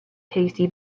tasty